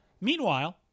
Meanwhile